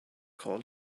called